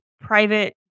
private